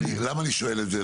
למה אני שואל את זה?